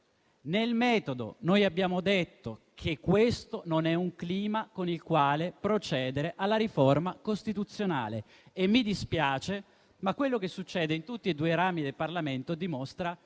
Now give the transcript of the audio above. Sul metodo abbiamo detto che questo non è un clima nel quale procedere alla riforma costituzionale. Mi dispiace, ma quello che succede in tutti e due i rami del Parlamento dimostra che